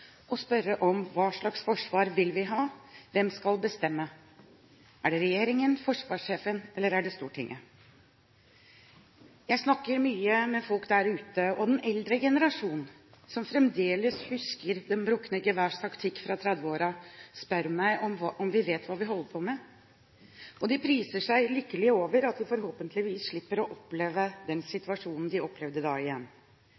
spørre: Hva slags forsvar vil vi ha, og hvem skal bestemme? Er det regjeringen, forsvarssjefen, eller er det Stortinget? Jeg snakker mye med folk der ute, og den eldre generasjonen, som fremdeles husker det brukne geværs taktikk fra 1930-årene, spør meg om vi vet hva vi holder på med, og de priser seg lykkelige over at de forhåpentligvis slipper å oppleve igjen den